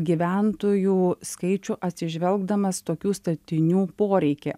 gyventojų skaičių atsižvelgdamas tokių statinių poreikį